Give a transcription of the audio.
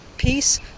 peace